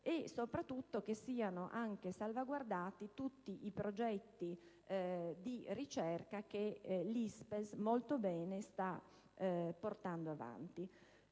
e, soprattutto, che siano salvaguardati tutti i progetti di ricerca che l'ISPESL molto bene sta portando avanti.